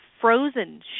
frozen